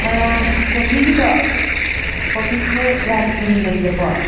ꯀꯣꯐꯤꯒꯤꯗꯣ ꯀꯣꯐꯤꯁꯦ ꯌꯥꯝ ꯊꯨꯝꯗꯕꯤꯗꯀꯣ